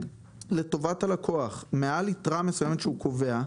לטובת הלקוח מעל יתרה מסוימת שהוא קובע,